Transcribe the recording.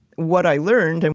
what i learned, and